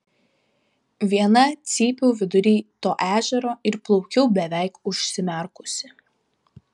viena cypiau vidury to ežero ir plaukiau beveik užsimerkusi